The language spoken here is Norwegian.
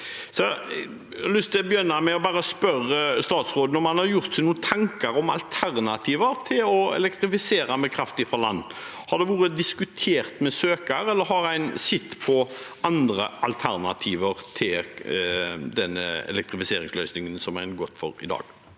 med å bare spørre statsråden om han gjort seg noen tanker om alternativer til å elektrifisere med kraft fra land. Har det vært diskutert med søker, eller har en sett på andre alternativer til den elektrifiseringsløsningen som en går inn for i dag?